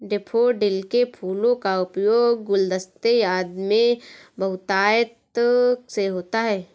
daffodil के फूलों का उपयोग गुलदस्ते आदि में बहुतायत से होता है